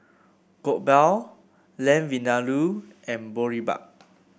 Lamb Vindaloo and Boribap